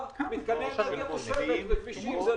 מתקני אנרגיה מושבת וכבישים הם אותו דבר.